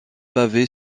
pavée